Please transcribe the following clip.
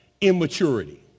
immaturity